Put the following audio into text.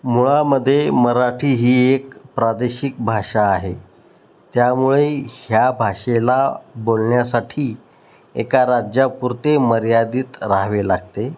मुळामध्ये मराठी ही एक प्रादेशिक भाषा आहे त्यामुळे ह्या भाषेला बोलण्यासाठी एका राज्यापुरते मर्यादित राहावे लागते